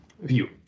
view